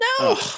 no